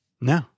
No